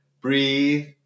breathe